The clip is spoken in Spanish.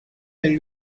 del